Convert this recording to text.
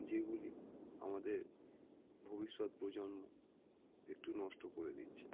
যেগুলি আমাদের ভবিষ্যৎ প্রজন্ম একটু নষ্ট করে দিচ্ছে